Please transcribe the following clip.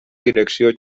direcció